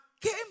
came